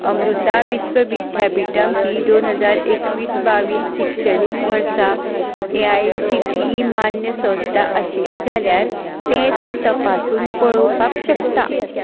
अमृता विश्व विद्यापीठ ही दोन हजार एकवीस बावीस शिक्षणीक वर्सा A I C T E मान्य संस्था आशिल्ली जाल्यार तें तूं तपासून पळोवपाक शकता